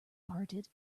parted